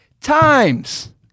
times